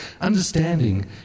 Understanding